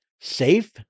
safe